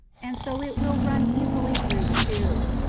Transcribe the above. and so it will run easily through the tube.